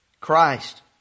Christ